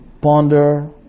ponder